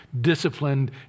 disciplined